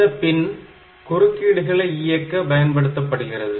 இந்தப் பின் குறுக்கீடுகளை இயக்க பயன்படுத்தப்படுகிறது